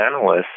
analysts